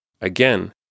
Again